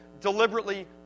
deliberately